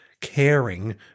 caring